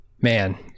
man